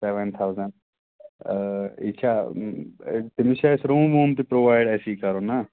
seven thousand یہِ چھا تٔمِس چھِ اَسہِ روٗم ووٗم تہِ پرٛوایِڈ اَسی کَرُن نا